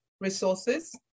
resources